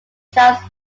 charles